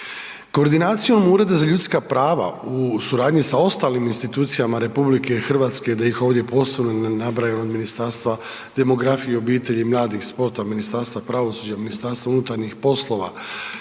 Koordinacijom Ureda za ljudska prava u suradnji sa ostalim institucijama RH, da ih ovdje posebno ne nabraja, Ministarstva demografije, obitelji, mladi, sporta, Ministarstva pravosuđa, MUP-a. Ministarstvo uprave